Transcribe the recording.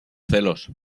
celos